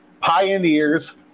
Pioneers